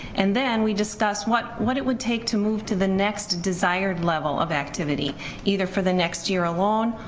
and then we discuss what what it would take to move to the next desired level of activity either for the next year alone,